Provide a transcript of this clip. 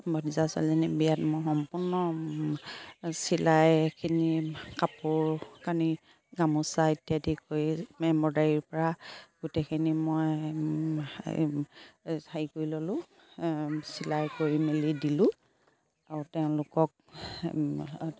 ভতিজা ছোৱালীজনী বিয়াত মই সম্পূৰ্ণ চিলাইখিনি কাপোৰ কানি গামোচা ইত্যাদি কৰি এম্ব্ৰইদাৰীৰ পৰা গোটেইখিনি মই হেৰি কৰি ল'লোঁ চিলাই কৰি মেলি দিলোঁ আৰু তেওঁলোকক